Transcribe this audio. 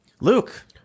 Luke